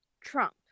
Trump